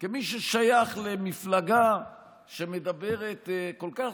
כמי ששייך למפלגה שמדברת כל כך,